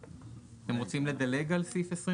אתם רוצים לדלג על סעיף 21?